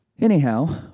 Anyhow